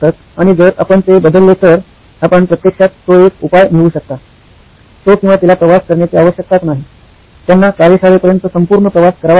आणि जर आपण ते बदलले तर आपण प्रत्यक्षात तो एक उपाय मिळवू शकता तो किंवा तिला प्रवास करण्याची आवश्यकताच नाही त्यांना कार्यशाळेपर्यंत संपूर्ण प्रवास करावा लागणार नाही